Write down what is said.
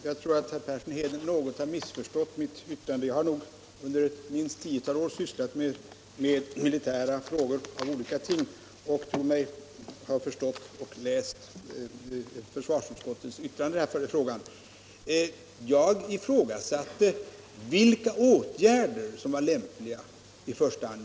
Herr talman! Herr Persson i Heden har något missförstått mitt anförande. Under minst ett tiotal år har jag sysslat med militära frågor av olika slag. Jag har läst och förstått försvarsutskottets yttrande i detta ärende. Jag ifrågasatte vilka åtgärder som var lämpliga.